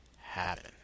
happen